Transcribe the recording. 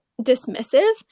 dismissive